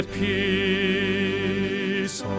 peace